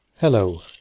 Hello